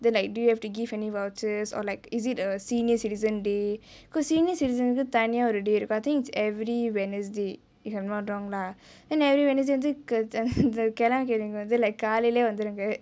then like do you have to give any vouchers or like is it a senior citizen day because senior citizen வந்து தனியா ஒரு:vanthu thaniyaa oru day இருக்கு:irukku I think it's every wednesday if I'm not wrong lah then every wednesday வந்து அந்த கெழவ கெழவிங்கே வந்து:vanthu antha kezhave kezhavingae vanthu like காலைலே வந்துருங்கே:kaalaiyilae vanthurungae